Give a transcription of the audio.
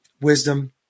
wisdom